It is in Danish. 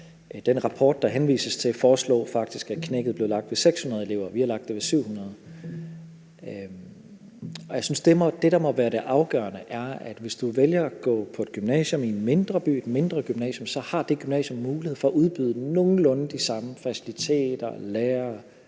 Den rapport, der henvises til, foreslog faktisk, at knækket blev lagt ved 600 elever. Vi har lagt det ved 700 elever. Jeg synes, at det, der må være det afgørende, er, at hvis du vælger at gå på et gymnasium i en mindre by og gå på et mindre gymnasium, så har det gymnasium mulighed for at udbyde nogenlunde de samme faciliteter, lærere